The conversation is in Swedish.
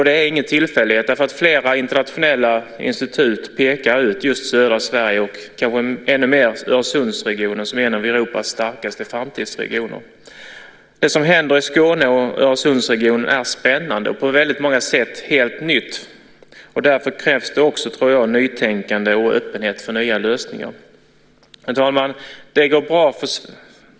Det är ingen tillfällighet, och flera internationella institut pekar också ut just södra Sverige - och kanske särskilt Öresundsregionen - som en av Europas starkaste framtidsregioner. Det som händer i Skåne och Öresundsregionen är spännande och på många sätt helt nytt. Därför krävs ett nytänkande och en öppenhet för nya lösningar. Herr talman!